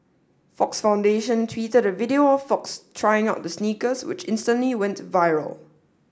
Fox Foundation tweeted a video of Fox trying out the sneakers which instantly went viral